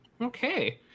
Okay